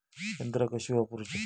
यंत्रा कशी वापरूची?